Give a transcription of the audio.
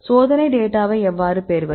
சோதனை டேட்டாவை எவ்வாறு பெறுவது